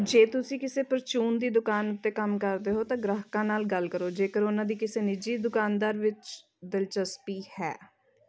ਜੇ ਤੁਸੀਂ ਕਿਸੇ ਪ੍ਰਚੂਨ ਦੀ ਦੁਕਾਨ ਉੱਤੇ ਕੰਮ ਕਰਦੇ ਹੋ ਤਾਂ ਗ੍ਰਾਹਕਾਂ ਨਾਲ ਗੱਲ ਕਰੋ ਜੇਕਰ ਉਨ੍ਹਾਂ ਦੀ ਕਿਸੇ ਨਿੱਜੀ ਦੁਕਾਨਦਾਰ ਵਿੱਚ ਦਿਲਚਸਪੀ ਹੈ